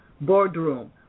boardroom